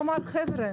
הוא אמר: חבר'ה,